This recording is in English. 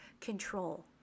control